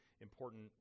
important